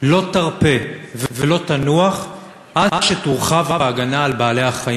לא תרפה ולא תנוח עד שתורחב ההגנה על בעלי-החיים.